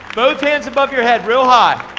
both hands above your head real high.